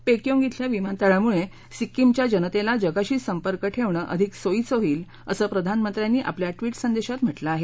पेकियोंग इथल्या विमानतळामुळे सिक्कीमच्या जनतेला जगाशी संपर्क ठेवणं अधिक सोयीचं होईल असं प्रधानमंत्र्यांनी आपल्या ट्विट संदेशात म्हटलं आहे